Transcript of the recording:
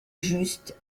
juste